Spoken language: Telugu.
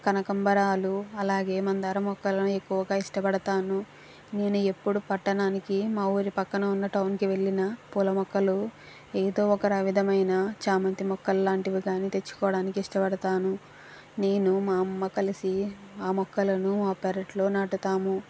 కనకాంబరాలు అలాగే మందార మొక్కలను ఎక్కువగా ఇష్టపడుతాను నేను ఎప్పుడు పట్టణానికి మా ఊరు పక్కన ఉన్న టౌన్కి వెళ్ళినా పూల మొక్కలు ఏదో ఒక విధమైన చామంతి మొక్కల్లాంటివి కానీ తెచ్చుకోవడానికి ఇష్టపడుతాను నేనూ మా అమ్మ కలిసి ఆ మొక్కలను మా పెరటిలో నాటుతాము